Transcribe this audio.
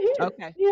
Okay